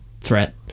threat